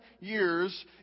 years